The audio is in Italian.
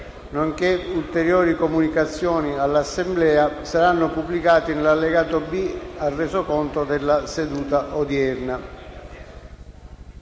nonché ulteriori comunicazioni all'Assemblea saranno pubblicati nell'allegato B al Resoconto della seduta odierna.